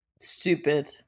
Stupid